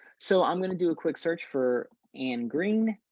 so i'm going to do a quick search for anne green